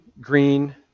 green